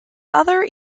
other